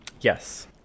Yes